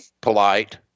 polite